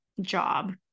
job